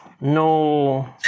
no